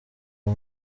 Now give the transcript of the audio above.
ngo